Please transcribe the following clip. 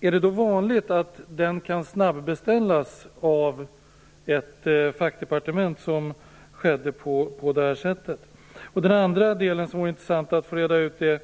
är det då vanligt att en sådan kan snabbeställas av ett fackdepartement på det sätt som här skedde? Så till den andra delen, som det vore intressant att få reda ut.